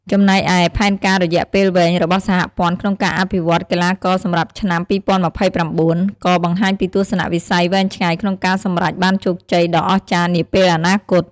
ចំណែកឯ ផែនការរយៈពេលវែងរបស់សហព័ន្ធក្នុងការអភិវឌ្ឍកីឡាករសម្រាប់ឆ្នាំ ២០២៩ ក៏បង្ហាញពីទស្សនៈវិស័យវែងឆ្ងាយក្នុងការសម្រេចបានជោគជ័យដ៏អស្ចារ្យនាពេលអនាគត។